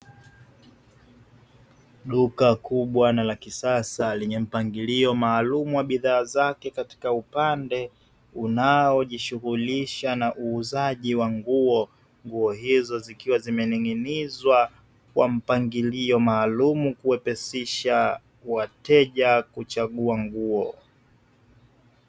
Duka kubwa na la kisasa lenye mpangilio maalumu wa bidhaa zake katika upande unaojishughulisha na uuzaji wa nguo, nguo hizo zikiwa zimenin'ginizwa kwa mpangilio maalumu kuwepesisha wateja kuchagua nguo.